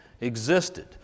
existed